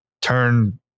turn